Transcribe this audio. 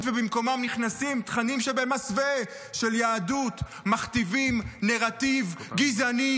ובמקומם נכנסים תכנים שבמסווה של יהדות מכתיבים נרטיב גזעני,